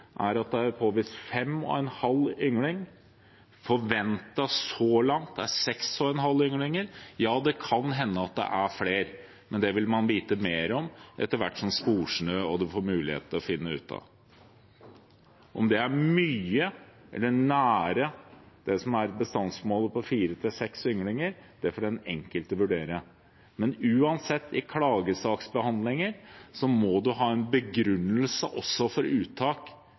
viser at det er påvist fem og en halv yngling. Forventet så langt er seks og en halv yngling. Ja, det kan hende at det er flere, men det vil man vite mer om etter hvert som det blir sporsnø og man får mulighet til å finne ut av det. Om det er mye eller nært bestandsmålet på fire–seks ynglinger, får den enkelte vurdere, men i klagesaksbehandlinger må man uansett ha en begrunnelse også for uttak